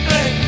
Hey